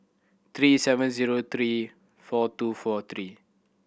three seven zero three four two four three